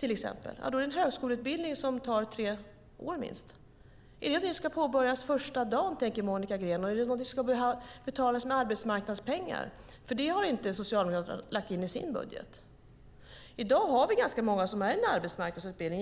I så fall handlar det om en högskoleutbildning som tar minst tre år. Är det något som ska påbörjas första dagen, tänker Monica Green? Och ska det betalas med arbetsmarknadspengar? Det har Socialdemokraterna inte lagt in i sin budget. I dag har vi ganska många i arbetsmarknadsutbildning.